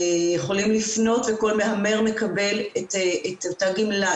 יכולים לפנות וכל מהמר מקבל את אותה גמלה,